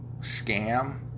scam